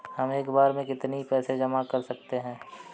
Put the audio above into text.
हम एक बार में कितनी पैसे जमा कर सकते हैं?